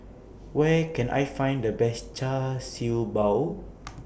Where Can I Find The Best Char Siew Bao